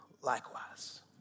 likewise